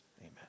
amen